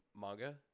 manga